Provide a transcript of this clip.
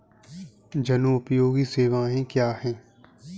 जनोपयोगी सेवाएँ क्या हैं?